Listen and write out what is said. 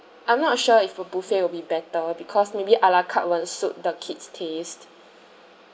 I'm not sure if a buffet will be better because maybe a la carte [one] suit the kids' taste